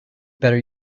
better